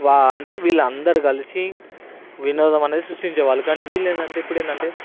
వా అంటే వీళ్ళందరు కలిసి వినోదం అనేది సృష్టించే వాళ్ళు కానీ వీళ్ళు ఏంటంటే ఇప్పుడు ఏంటంటే